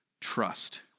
trust